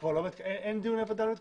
אין כבר דיוני וד"ל?